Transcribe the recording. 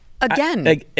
Again